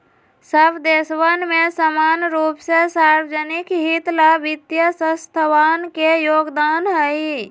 सब देशवन में समान रूप से सार्वज्निक हित ला वित्तीय संस्थावन के योगदान हई